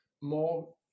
more